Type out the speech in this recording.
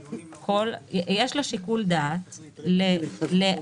יש לה שיקול דעת לאשר,